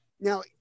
now